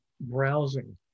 Browsing